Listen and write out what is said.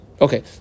Okay